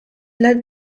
led